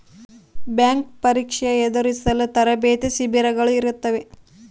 bank ಪರೀಕ್ಷೆ ಎದುರಿಸಲು ತರಬೇತಿ ಶಿಬಿರಗಳು ಇರುತ್ತವೆ